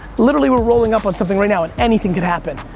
literally we're rolling up on something right now, and anything could happen.